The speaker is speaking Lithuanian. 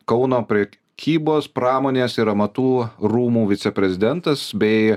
kauno prekybos pramonės ir amatų rūmų viceprezidentas bei